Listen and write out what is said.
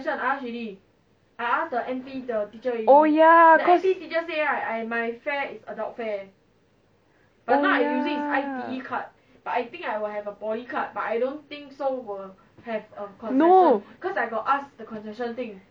oh ya cause oh ya no